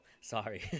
sorry